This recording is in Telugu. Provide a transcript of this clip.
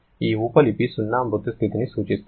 ఈ ఉపలిపి 0 మృతడెడ్ స్థితిని సూచిస్తుంది